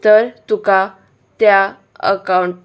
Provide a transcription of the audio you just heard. तर तुका त्या अकावंट